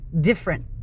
different